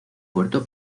puerto